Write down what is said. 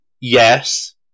Yes